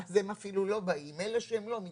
אז הם אפילו לא באים, אלה שהם לא מתייצבים.